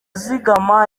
zigama